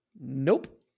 Nope